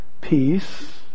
peace